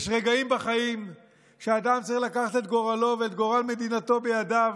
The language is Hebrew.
יש רגעים בחיים שאדם צריך לקחת את גורלו ואת גורל מדינתו בידיו